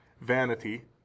vanity